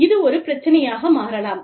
இது ஒரு பிரச்சினையாக மாறலாம்